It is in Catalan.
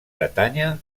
bretanya